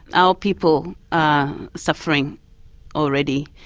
our people are suffering already.